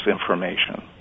information